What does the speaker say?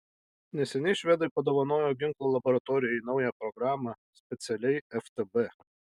neseniai švedai padovanojo ginklų laboratorijai naują programą specialiai ftb